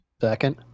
second